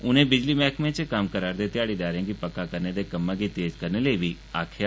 उनें बिजली मैह्कमें च कम्म करै'रदे घ्याड़ीदारें गी पक्का करने दे कम्मै गी तेज करने लेई बी आक्खेआ